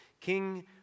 King